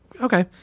Okay